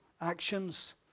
actions